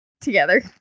together